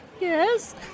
Yes